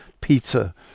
pizza